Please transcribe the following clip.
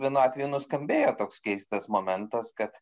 vienu atveju nuskambėjo toks keistas momentas kad